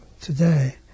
today